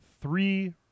three